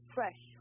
Fresh